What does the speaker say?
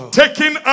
taking